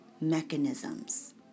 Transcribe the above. Mechanisms